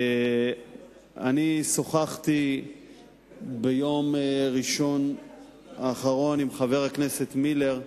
אני שוחחתי ביום ראשון האחרון עם חבר הכנסת מילר,